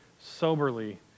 soberly